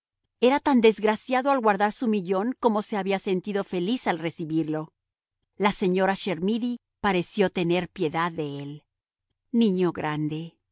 era tan desgraciado al guardar su millón como se había sentido feliz al recibirlo la señora chermidy pareció tener piedad de él niño